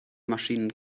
maschinen